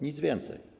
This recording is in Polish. Nic więcej.